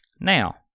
Now